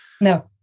no